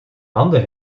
handen